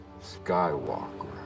Skywalker